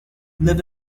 live